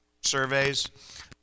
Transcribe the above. surveys